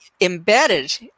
embedded